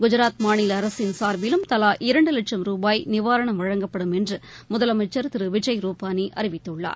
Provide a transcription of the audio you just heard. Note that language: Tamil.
குஜராத் மாநில அரசின் சா்பிலும் தலா இரண்டு லட்சம் ரூபாய் நிவாரணம் வழங்கப்படும் என்று முதலமைச்சர் திரு விஜய் ரூபானி அறிவித்துள்ளார்